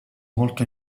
molto